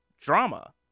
drama